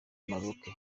maroc